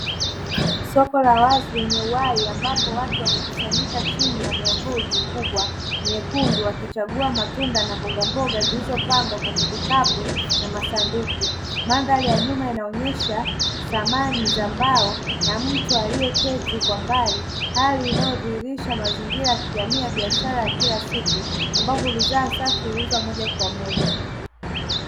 Soko la wazi lenye uhai ambapo watu wamekusanyika chini ya myamvuli mikubwa myekundu wakichagua matunda na mbogamboga zilizopangwa kwenye vikapu na masanduku. Mandhari ya nyuma inaonyesha samani za mbao na mtu aliyeketi kwa mbali. Hali inayodhihirisha mazingira ya kijamii ya biashara ya kila siku ambapo bidhaa safi huuzwa moja kwa moja.